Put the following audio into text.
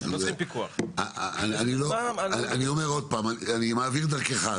אני מעביר את המסר הזה דרכך,